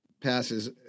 passes